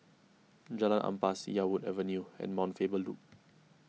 Jalan Ampas Yarwood Avenue and Mount Faber Loop